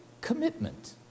commitment